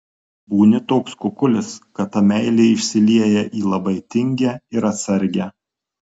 būni toks kukulis kad ta meilė išsilieja į labai tingią ir atsargią